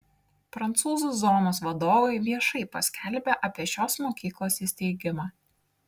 prancūzų zonos vadovai viešai paskelbė apie šios mokyklos įsteigimą